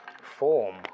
form